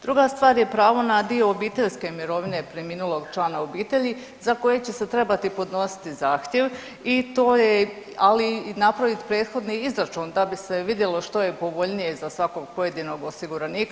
Druga stvar je pravo na dio obiteljske mirovine preminulog člana obitelj za kojeg će se trebati podnositi zahtjev i to je, ali napraviti i prethodni izračun da bi se vidjelo što je povoljnije za svakog pojedinog osiguranika.